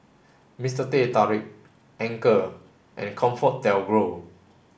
Mister Teh Tarik Anchor and ComfortDelGro